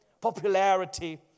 Popularity